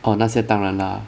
oh 那些当然 lah